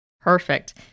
Perfect